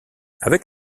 avec